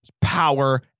power